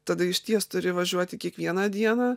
tada išties turi važiuoti kiekvieną dieną